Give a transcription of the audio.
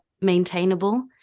maintainable